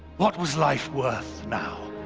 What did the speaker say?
what was life worth now?